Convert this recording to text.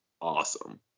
awesome